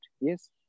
yes